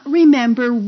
remember